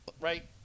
Right